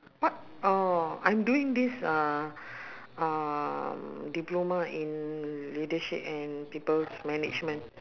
what oh I'm doing this uh um diploma in leadership and peoples management